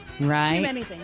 Right